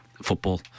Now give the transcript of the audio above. football